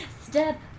Step